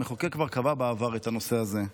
המחוקק כבר קבע בעבר את הנושא הזה.